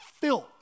filth